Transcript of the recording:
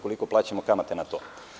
Koliko plaćamo kamate na to?